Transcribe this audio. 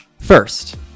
First